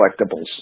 collectibles